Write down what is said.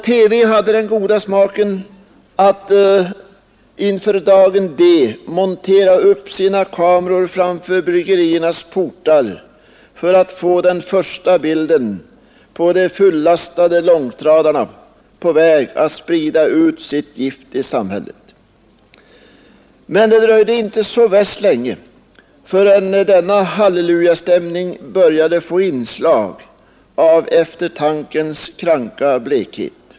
TV hade den goda smaken att inför dagen D montera upp sina kameror framför bryggeriernas portar för att få den första bilden på de fullastade långtradarna på väg att sprida ut sitt gift i samhället. Men det dröjde inte så länge förrän denna hallelujastämning började få inslag av eftertankens kranka blekhet.